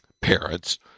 parents